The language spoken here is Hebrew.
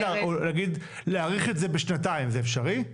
להאריך את זה בשנתיים זה אפשרי?